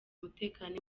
umutekano